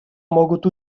могут